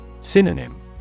Synonym